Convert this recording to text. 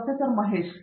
professor Mahesh V